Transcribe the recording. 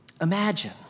Imagine